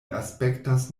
aspektas